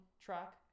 track